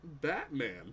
Batman